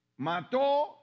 mató